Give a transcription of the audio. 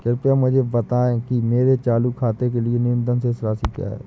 कृपया मुझे बताएं कि मेरे चालू खाते के लिए न्यूनतम शेष राशि क्या है?